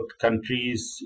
countries